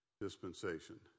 dispensation